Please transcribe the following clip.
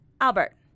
Albert